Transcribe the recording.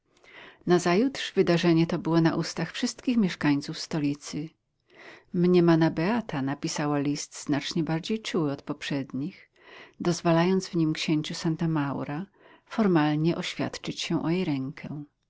do gospody nazajutrz wydarzenie to było na ustach wszystkich mieszkańców stolicy mniemana beata napisała list znacznie bardziej czuły od poprzednich do zwalając w nim księciu santa maura formalnie oświadczyć się o jej rękę